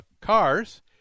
cars